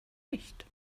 nicht